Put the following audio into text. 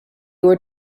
were